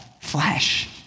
flesh